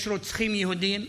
יש רוצחים יהודים,